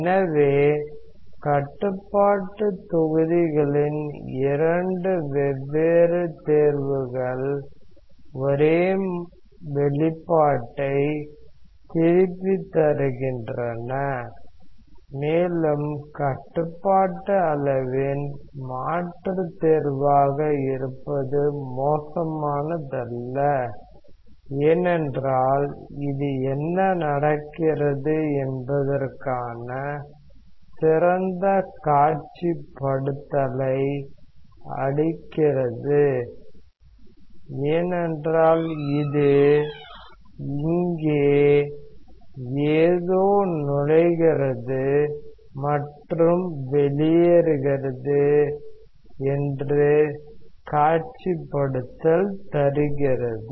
எனவே கட்டுப்பாட்டு தொகுதிகளின் இரண்டு வெவ்வேறு தேர்வுகள் ஒரே வெளிப்பாட்டை திருப்பித் தருகின்றன மேலும் கட்டுப்பாட்டு அளவின் மாற்றுத் தேர்வாக இருப்பது மோசமானதல்ல ஏனென்றால் இது என்ன நடக்கிறது என்பதற்கான சிறந்த காட்சிப்படுத்தலை அளிக்கிறது ஏனென்றால் இது இங்கே ஏதோ நுழைகிறது மற்றும் வெளியேறுகிறது என்று நேரடி காட்சிப்படுத்தல் தருகிறது